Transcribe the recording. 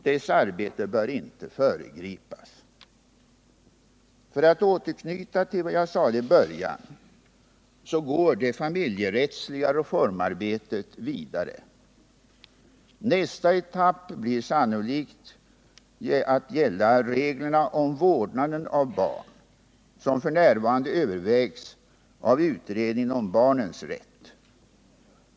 Dess arbete bör inte föregripas. För att återknyta till vad jag sade i början vill jag slå fast att det familjerättsliga reformarbetet går vidare. Nästa etapp kommer sannolikt att gälla reglerna om vårdnaden av barn. Dessa övervägs f. n. av utredningen om barnens rätt.